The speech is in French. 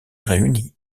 réuni